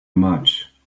much